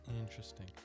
Interesting